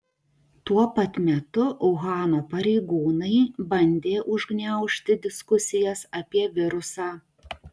tuo pat metu uhano pareigūnai bandė užgniaužti diskusijas apie virusą